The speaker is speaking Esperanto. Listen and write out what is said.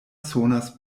sonas